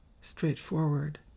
straightforward